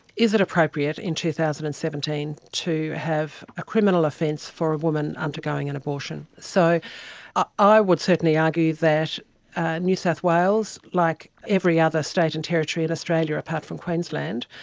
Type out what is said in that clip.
is it appropriate in two thousand and seventeen to have a criminal offence for a woman undergoing an abortion? so ah i would certainly argue that new south wales, like every other state and territory in australia apart from queensland,